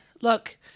look